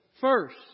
First